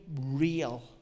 real